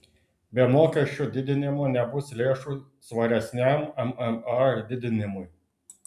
be mokesčių didinimo nebus lėšų svaresniam mma didinimui